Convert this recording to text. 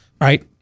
right